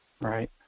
Right